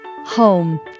Home